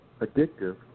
addictive